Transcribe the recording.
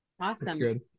Awesome